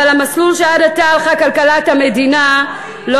אבל המסלול שעד עתה הלכה כלכלת המדינה, שורש.